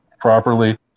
properly